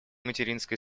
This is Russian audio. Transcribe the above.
материнской